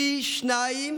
פי שניים